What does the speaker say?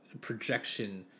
projection